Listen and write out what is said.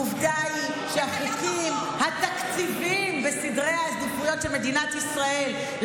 עובדה היא שהחוקים והתקציבים בסדרי העדיפויות של מדינת ישראל,